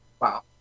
Wow